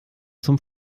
zum